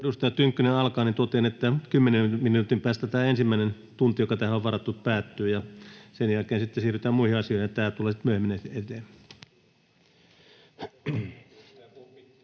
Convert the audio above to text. edustaja Tynkkynen aloittaa, totean, että 10 minuutin päästä tämä ensimmäinen tunti, joka tähän on varattu, päättyy, ja sen jälkeen siirrytään muihin asioihin ja tämä tulee sitten myöhemmin eteen. [Kimmo